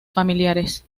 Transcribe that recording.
familiares